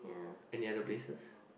any other places